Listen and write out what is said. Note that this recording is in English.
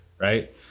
right